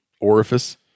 Orifice